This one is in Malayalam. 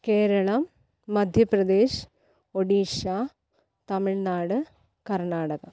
കേരളം മധ്യപ്രദേശ് ഒഡീഷ തമിഴ്നാട് കര്ണ്ണാടക